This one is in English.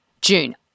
June